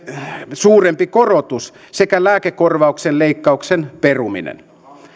suurempi korotus sekä lääkekorvauksen leikkauksen peruminen